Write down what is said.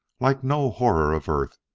like no horror of earth,